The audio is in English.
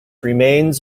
remains